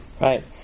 Right